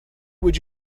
would